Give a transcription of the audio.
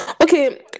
Okay